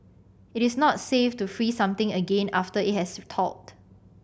it is not safe to freeze something again after it has thawed